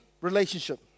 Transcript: relationship